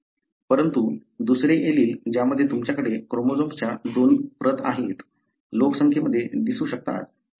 परंतु दुसरे एलील ज्यामध्ये तुमच्याकडे क्रोमोझोमच्या दोन प्रती आहेत लोकसंख्येमध्ये दिसू शकतात किंवा नाहीत